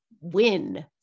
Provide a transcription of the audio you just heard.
win